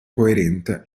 coerente